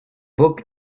book